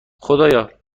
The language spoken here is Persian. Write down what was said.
خدایا